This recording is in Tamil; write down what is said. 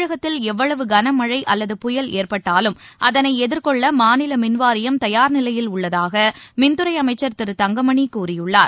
தமிழகத்தில் எவ்வளவு கனமழை அல்லது புயல் ஏற்பட்டாலும் அதனை எதிர்கொள்ள மாநில மின்வாரியம் தயார்நிலையில் உள்ளதாக மின்துறை அமைச்சர் திரு தங்கமணி கூறியுள்ளார்